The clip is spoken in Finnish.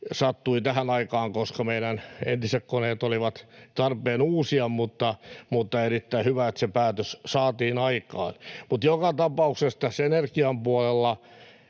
sattui tähän aikaan, koska meidän entiset koneet oli tarpeen uusia, mutta erittäin hyvä, että se päätös saatiin aikaan. Mutta joka tapauksessa energian puolella